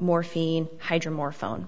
morphine hydromorphone